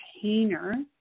container